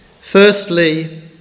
Firstly